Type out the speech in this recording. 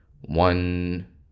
one